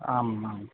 आम् आम्